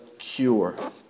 Cure